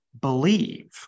believe